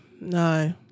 no